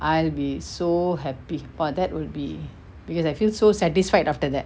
I'll be so happy for that because I feel so satisfied after that